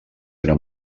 era